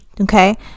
Okay